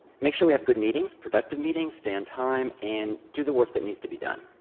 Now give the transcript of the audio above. make sure we have good meetings, productive meetings, stay on time, and do the work that needs to be done.